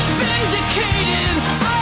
vindicated